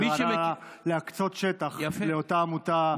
להקצות שטח לאותה עמותה,